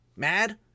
mad